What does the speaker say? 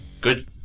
good